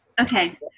Okay